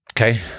okay